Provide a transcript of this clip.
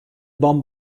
bomb